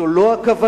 זאת לא הכוונה,